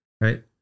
Right